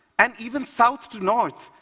and even south to north,